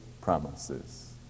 promises